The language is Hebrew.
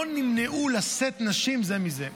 לא נמנעו לשאת נשים זה מזה.